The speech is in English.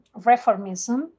reformism